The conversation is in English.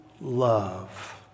love